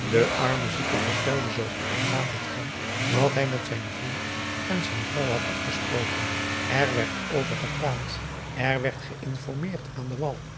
de arme zieke vertelde zoo goed en kwaad het ging wat hij met zijn vriend en zijn vrouw had afgesproken er werd over gepraat er werd geïnformeerd aan den wal